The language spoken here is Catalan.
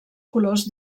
colors